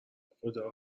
خدا